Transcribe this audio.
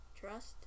Trust